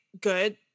good